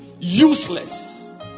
Useless